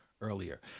earlier